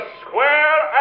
square